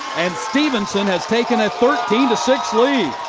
and stephenson has taken a thirteen six lead!